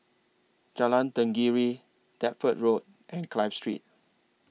Jalan Tenggiri Deptford Road and Clive Street